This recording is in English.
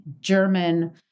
German